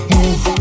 Move